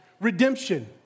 redemption